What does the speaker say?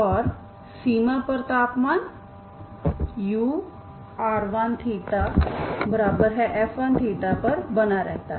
और सीमा पर तापमान ur1θf1θ पर बना रहता है